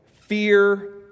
Fear